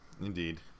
Indeed